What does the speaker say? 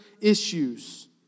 issues